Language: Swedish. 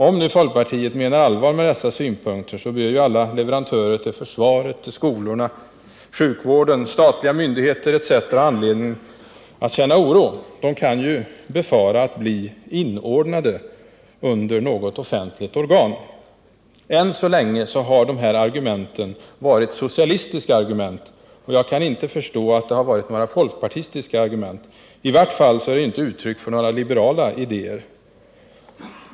Om folkpartiet menar allvar med dessa synpunkter bör alla leverantörer till försvaret, skolorna, sjukvården, statliga myndigheter etc. ha anledning att känna oro. De kan ju befara att bli ”inordnade” under något offentligt organ. Än så länge har dessa argument varit socialistiska argument och inte folkpartistiska. I varje fall uttrycker de inte några liberala idéer.